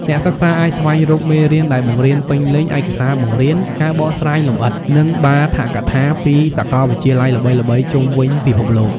អ្នកសិក្សាអាចស្វែងរកមេរៀនដែលបង្រៀនពេញលេញ ឯកសារបង្រៀន ការបកស្រាយលម្អិត និងបាឋកថាពីសាកលវិទ្យាល័យល្បីៗជុំវិញពិភពលោក។